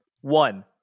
One